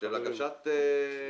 של הגשת --- חברים,